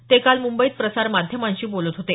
ते काल मुंबईत प्रसार माध्यमांशी बोलत होते